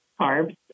carbs